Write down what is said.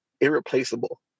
irreplaceable